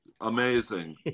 Amazing